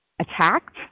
attacked